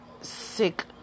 sick